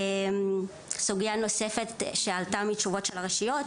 סוגייה נוספת שעלתה מהתשובות של הרשויות